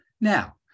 Now